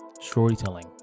storytelling